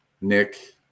Nick